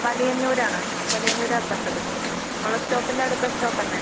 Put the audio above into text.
വലിയന്നൂര് ആണ് വലിയന്നൂരാ എത്തേണ്ടത് നിങ്ങളുടെ സ്റ്റോപ്പിൻ്റെ അടുത്ത സ്റ്റോപ്പന്നെ